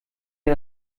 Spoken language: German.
wir